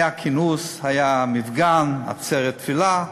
היה כינוס, היה מפגן, עצרת תפילה,